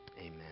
amen